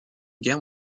guerre